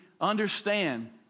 understand